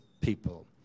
people